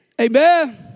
Amen